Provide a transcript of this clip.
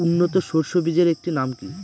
উন্নত সরষে বীজের একটি নাম কি?